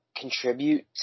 contribute